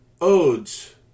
Odes